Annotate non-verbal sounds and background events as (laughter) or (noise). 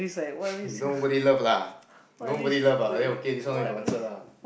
(noise) you nobody love lah nobody love ah then okay this one don't need to answer lah